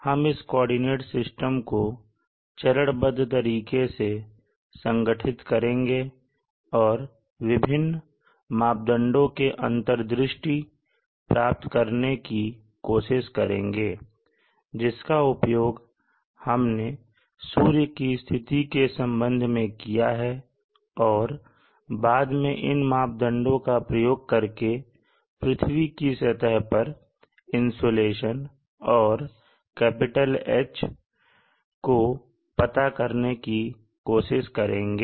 हम इस coordinate system को चरणबद्ध तरीके से संगठित करेंगे और विभिन्न मापदंडों में अंतर्दृष्टि प्राप्त करने की कोशिश करेंगे जिसका उपयोग हमने सूर्य की स्थिति के संबंध में किया है और बाद में इन मापदंडों का प्रयोग करके पृथ्वी की सतह पर इंसुलेशन और H kWhm2day को पता करने की कोशिश करेंगे